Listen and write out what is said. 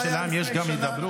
השאלה, האם יש גם הידברות?